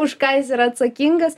už ką jis yra atsakingas